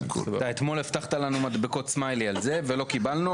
פרק כ"ד (קידום תשתיות לאומיות), בתוכו חלק ה',